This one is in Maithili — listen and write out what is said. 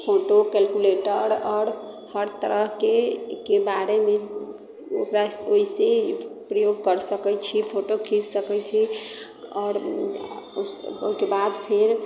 फोटो केलकुलेटर आओर हर तरहकेके बारेमे ओकरा ओहिसे प्रयोग कर सकैत छी फोटो खीच सकैत छी आओर ओहिके बाद फेर